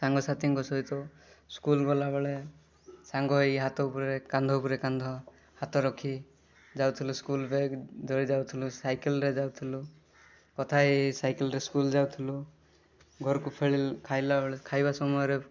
ସାଙ୍ଗସାଥୀଙ୍କ ସହିତ ସ୍କୁଲ୍ ଗଲାବେଳେ ସାଙ୍ଗ ହୋଇ ହାତ ଉପରେ କାନ୍ଧ ଉପରେ କାନ୍ଧ ହାତ ରଖି ଯାଉଥିଲୁ ସ୍କୁଲ୍ ବ୍ୟାଗ୍ ଧରି ଯାଉଥିଲୁ ସାଇକେଲରେ ଯାଉଥିଲୁ କଥା ହେଇ ହେଇ ସାଇକେଲରେ ସ୍କୁଲ୍ ଯାଉଥିଲୁ ଘରକୁ ଫେରି ଖାଇଲାବେଳେ ଖାଇଲା ସମୟରେ